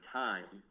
time